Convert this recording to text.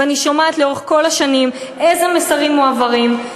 ואני שומעת לאורך כל השנים איזה מסרים מועברים.